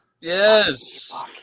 Yes